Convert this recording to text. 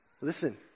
listen